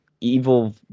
evil